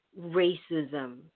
racism